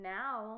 now